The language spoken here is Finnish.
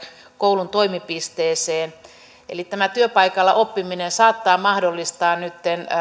koulun toimipisteeseen tämä työpaikalla oppiminen saattaa mahdollistaa nytten